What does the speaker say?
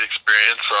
experience